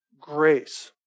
grace